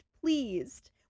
pleased